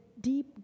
deep